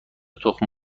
تخم